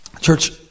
Church